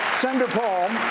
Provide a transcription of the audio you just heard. senator paul,